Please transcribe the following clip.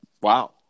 Wow